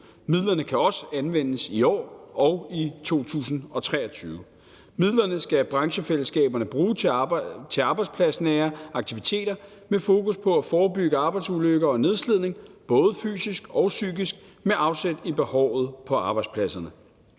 Midlerne kan også anvendes i år og i 2023. Midlerne skal branchefællesskaberne bruge til arbejdspladsnære aktiviteter med fokus på at forebygge arbejdsulykker og nedslidning, både fysisk og psykisk, med afsæt i behovet på arbejdspladserne.